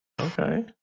okay